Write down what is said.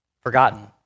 forgotten